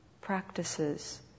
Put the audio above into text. practices